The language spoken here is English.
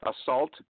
assault